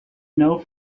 know